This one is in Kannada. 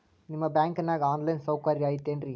ನಿಮ್ಮ ಬ್ಯಾಂಕನಾಗ ಆನ್ ಲೈನ್ ಸೌಕರ್ಯ ಐತೇನ್ರಿ?